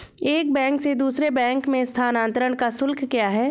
एक बैंक से दूसरे बैंक में स्थानांतरण का शुल्क क्या है?